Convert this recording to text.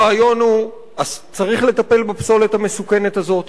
הרעיון הוא, 1. צריך לטפל בפסולת המסוכנת הזאת.